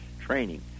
training